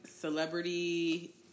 celebrity